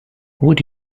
would